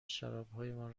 شرابهایمان